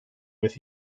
with